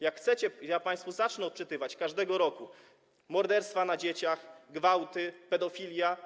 Jak chcecie, ja państwu zacznę to odczytywać, każdego roku: morderstwa dzieci, gwałty, pedofilia.